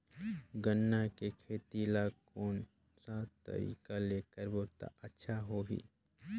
गन्ना के खेती ला कोन सा तरीका ले करबो त अच्छा होही?